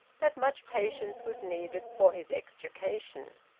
that much patience was needed for his extrication.